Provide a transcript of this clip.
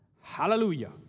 Hallelujah